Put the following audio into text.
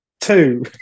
Two